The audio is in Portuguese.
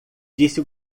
disse